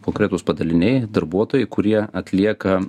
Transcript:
konkretūs padaliniai darbuotojai kurie atlieka